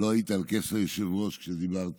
לא היית על כס היושב-ראש כשדיברתי,